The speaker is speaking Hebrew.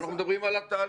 אנחנו מדברים על התהליך.